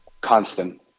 Constant